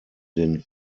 den